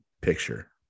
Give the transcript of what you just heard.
picture